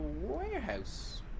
warehouse